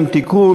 (תיקון,